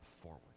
forward